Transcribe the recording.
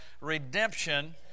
Redemption